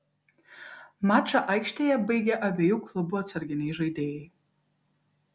mačą aikštėje baigė abiejų klubų atsarginiai žaidėjai